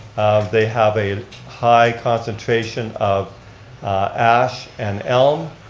they have a high concentration of ash and elm,